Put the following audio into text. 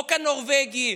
החוק הנורבגי,